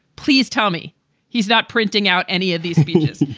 please tell me he's not printing out any of these speeches.